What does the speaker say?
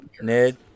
Ned